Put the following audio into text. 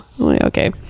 Okay